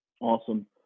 Awesome